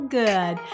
good